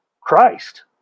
Christ